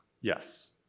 Yes